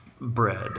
bread